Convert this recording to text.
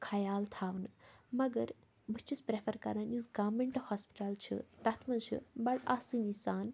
خیال تھاونہٕ مگر بہٕ چھُس پرٛیٚفَر کَران یُس گورمیٚنٛٹہٕ ہاسپِٹَل چھِ تَتھ منٛز چھِ بَڑٕ آسٲنی سان